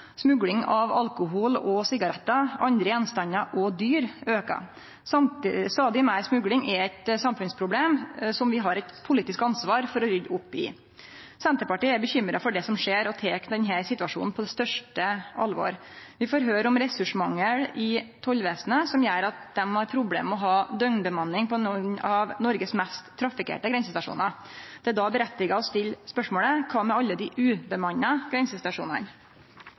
Smugling av alkohol og sigarettar, andre gjenstandar og dyr aukar. Stadig meir smugling er eit samfunnsproblem, som vi har eit politisk ansvar for å rydde opp i. Senterpartiet er bekymra for det som skjer, og tek denne situasjonen på det største alvoret. Vi får høyre om ressursmangel i tollvesenet som gjer at dei har problem med å ha døgnbemanning på nokre av dei meste trafikkerte grensestasjonane i Noreg. Det er då grunn til å stille spørsmålet: Kva med alle dei ubemanna grensestasjonane?